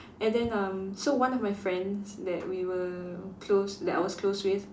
and then um so one of my friends that we were close that I was close with